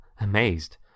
Amazed